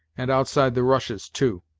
and outside the rushes, too.